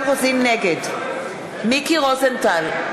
נגד מיקי רוזנטל,